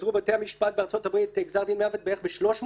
גזרו בתי המשפט בארצות הברית גזר דין מוות בערך ב-300 מקרים,